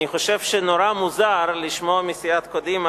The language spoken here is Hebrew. אני חושב שנורא מוזר לשמוע מסיעת קדימה